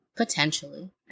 Potentially